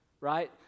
Right